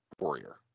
warrior